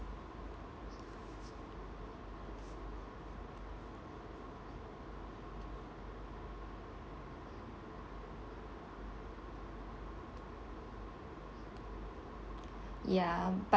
ya but